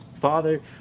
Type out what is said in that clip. Father